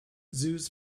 zoos